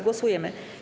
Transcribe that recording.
Głosujemy.